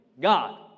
God